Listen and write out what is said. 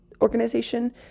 organization